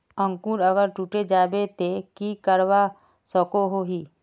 अंकूर अगर टूटे जाबे ते की करवा सकोहो ही?